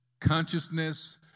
consciousness